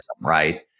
right